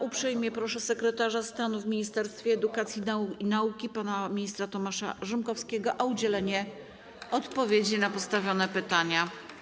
Uprzejmie proszę sekretarza stanu w Ministerstwie Edukacji i Nauki pana ministra Tomasza Rzymkowskiego o udzielenie odpowiedzi na postawione pytania.